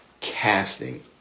casting